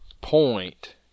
point